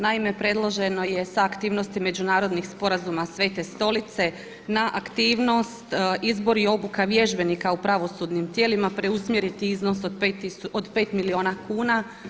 Naime predloženo je sa aktivnosti međunarodnih sporazuma Svete stolice na aktivnost izbor i obuka vježbenika u pravosudnim tijelima preusmjeriti iznos od pet milijuna kuna.